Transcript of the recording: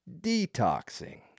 detoxing